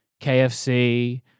kfc